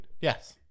yes